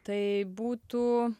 tai būtų